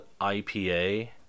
IPA